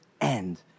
end